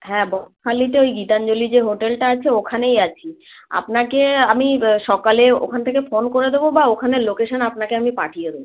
হ্যাঁ বকখালিতে ওই গীতাঞ্জলি যে হোটেলটা আছে ওখানেই আছি আপনাকে আমি সকালে ওখান থেকে ফোন করে দেবো বা ওখানের লোকেশান আপনাকে আমি পাঠিয়ে দেবো